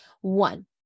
One